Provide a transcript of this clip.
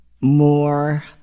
more